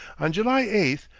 on july eight,